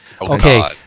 Okay